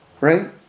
right